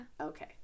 okay